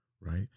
right